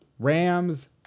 Rams